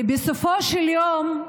בסופו של יום,